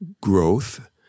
growth